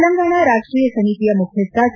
ತೆಲಂಗಾಣ ರಾಷ್ಟೀಯ ಸಮಿತಿಯ ಮುಖ್ಯಸ್ಟ ಕೆ